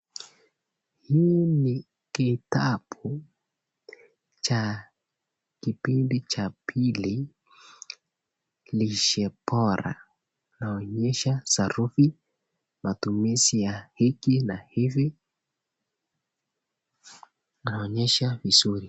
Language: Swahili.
Hii ni kitabu cha kipindi cha pili lisho bora inaonyesha sarufi matumishi ya hiki na hivi inaonyesha vizuri.